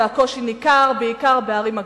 והקושי ניכר בעיקר בערים הגדולות.